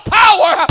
power